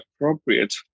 appropriate